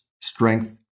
strength